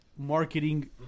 marketing